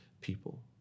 people